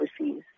overseas